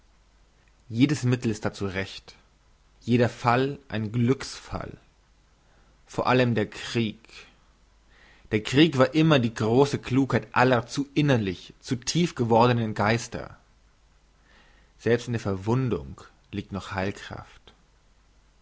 jedes mittel ist dazu recht jeder fall ein glücksfall vor allem der krieg der krieg war immer die grosse klugheit aller zu innerlich zu tief gewordnen geister selbst in der verwundung liegt noch heilkraft